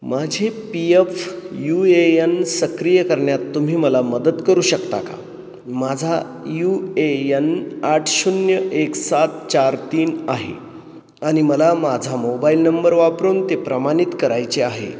माझे P F U A N सक्रिय करण्यात तुम्ही मला मदत करू शकता का माझा यू ए यन आठ शून्य एक सात चार तीन आहे आणि मला माझा मोबाईल नंबर वापरून ते प्रमाणित करायचे आहे